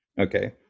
okay